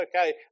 okay